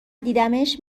دیدمش